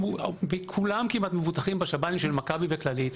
כולם כמעט מבוטחים בשב"נים של מכבי וכללית,